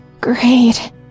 Great